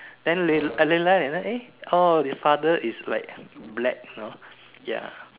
then real I realize you know eh oh his father is like black you know ya